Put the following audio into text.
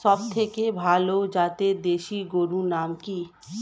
সবথেকে ভালো জাতের দেশি গরুর নাম কি?